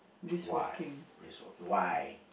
why brisk walk why